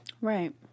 Right